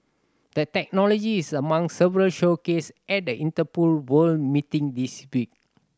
the technology is among several showcased at the Interpol World meeting this week